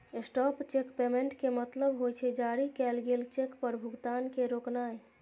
stop cheque payment के मतलब होइ छै, जारी कैल गेल चेक पर भुगतान के रोकनाय